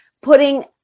putting